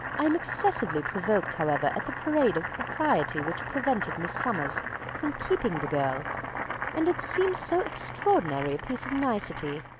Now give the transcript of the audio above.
i am excessively provoked, however, at the parade of propriety which prevented miss summers from keeping the girl and it seems so extraordinary a piece of nicety,